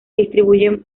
distribuyen